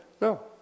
No